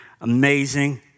Amazing